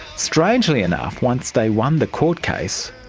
strangely enough once they won the court case,